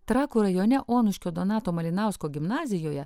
trakų rajone onuškio donato malinausko gimnazijoje